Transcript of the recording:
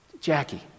Jackie